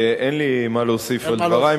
אין לי מה להוסיף על דברי,